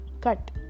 cut